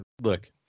look